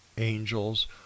angels